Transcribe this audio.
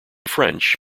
french